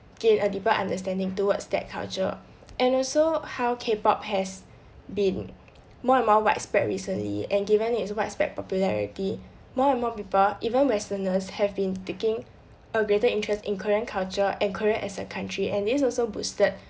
gain a deeper understanding towards that culture and also how k pop has been more and more widespread recently and given its widespread popularity more and more people even westerners have been taking a greater interest in korean culture and korea as a country and this also boosted